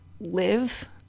live